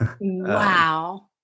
Wow